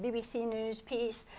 bbc news piece.